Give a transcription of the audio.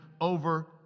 over